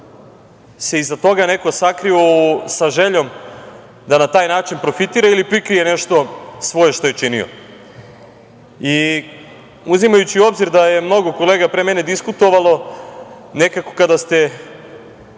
se iza toga sakrio sa željom da na taj način profitira ili prikrije nešto svoje što je činio. Uzimajući u obzir da je mnogo kolega pre mene diskutovalo, nekako kada ste